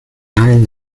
allen